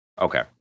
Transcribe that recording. Okay